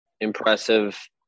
Impressive